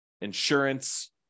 insurance